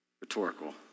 rhetorical